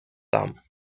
thumb